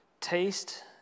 taste